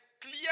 clear